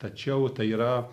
tačiau tai yra